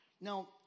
Now